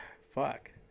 fuck